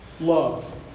love